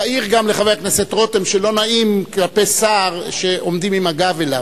תעיר גם לחבר הכנסת רותם שלא נעים כלפי שר שעומדים עם הגב אליו.